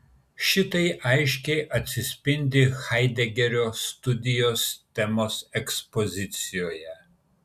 šitai aiškiai atsispindi haidegerio studijos temos ekspozicijoje